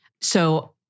So-